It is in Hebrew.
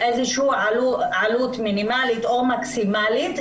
איזשהו עלות מינימלית או מקסימלית.